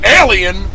Alien